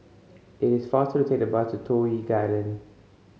it is faster to take the bus to Toh Yi Garden